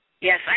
Yes